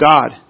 God